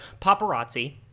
paparazzi